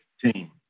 team